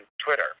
twitter